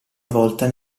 volta